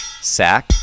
Sack